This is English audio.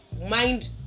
mind